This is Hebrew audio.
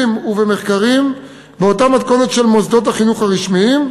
ובמחקרים באותה מתכונת של מוסדות החינוך הרשמיים,